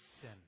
sin